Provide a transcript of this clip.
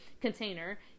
container